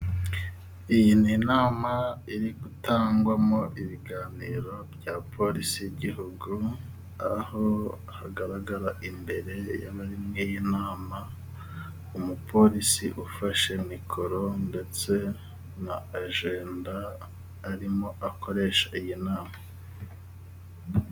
Iyi ni nama iri gutangwamo ibiganiro bya polisi y'igihugu, aho hagaragara imbere y'iyo nama umupolisi ufashe mikoro ndetse na ajenda arimo akoresha iyi nama.